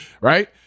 Right